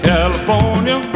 California